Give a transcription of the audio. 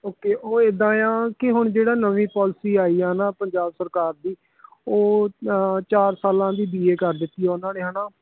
okay ਉਹ ਇੱਦਾਂ ਆ ਕਿ ਹੁਣ ਜਿਹੜਾ ਨਵੀਂ ਪੋਲਸੀ ਆਈ ਆ ਨਾ ਪੰਜਾਬ ਸਰਕਾਰ ਦੀ ਉਹ ਚਾਰ ਸਾਲਾਂ ਦੀ ਬੀ ਏ ਕਰ ਦਿੱਤੀ ਉਹਨਾਂ ਨੇ ਹੈ ਨਾ